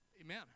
amen